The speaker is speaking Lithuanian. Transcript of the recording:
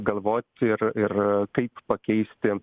galvot ir ir kaip pakeisti